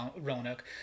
Roanoke